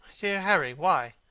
dear harry, why?